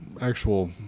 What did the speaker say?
actual